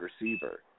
receiver